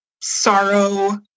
sorrow